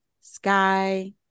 Sky